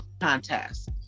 contest